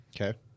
Okay